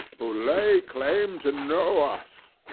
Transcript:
who lay claim to know us,